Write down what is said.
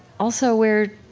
also where,